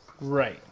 Right